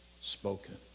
spoken